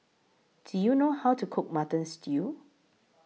Do YOU know How to Cook Mutton Stew